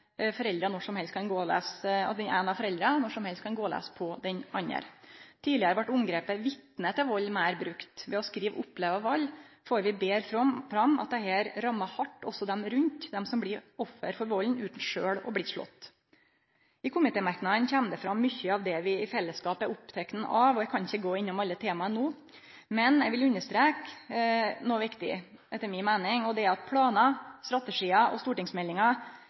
av foreldra når som helst kan gå laus på den andre. Tidlegare vart omgrepet «vitne til vald» meir brukt. Ved å skrive «oppleve vald» får vi betre fram at dette også rammer hardt dei rundt, dei som blir offer for valden utan sjølve å bli slått. I komitémerknadene kjem det fram mykje av det vi i fellesskap er opptekne av. Eg kan ikkje gå innom alle tema no, men eg vil understreke noko viktig, etter mi meining. Det er at planar, strategiar og